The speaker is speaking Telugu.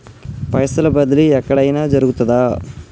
పైసల బదిలీ ఎక్కడయిన జరుగుతదా?